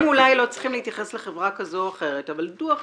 אתם אולי לא צריכים להתייחס לחברה כזו או אחרת אבל דו"ח